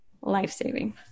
Life-saving